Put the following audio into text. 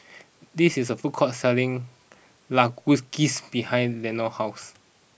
this is a food court selling Kalguksu behind Leonor's house